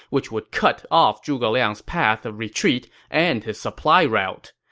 which would cut off zhuge liang's path of retreat and his supply route.